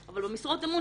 עם כל הכבוד, לאן הגענו?